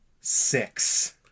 Six